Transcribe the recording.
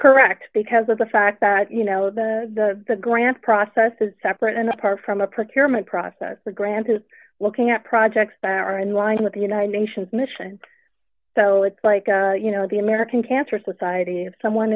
correct because of the fact that you know that the grant process is separate and apart from a prepare my process for granted looking at projects that are in line with the united nations mission so it's like you know the american cancer society if someone